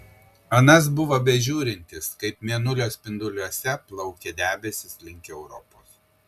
anas buvo bežiūrintis kaip mėnulio spinduliuose plaukia debesys link europos